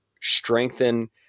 strengthen